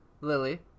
Lily